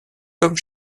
comme